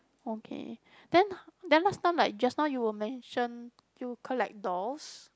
okay then then last time like just now you were mention you collect dolls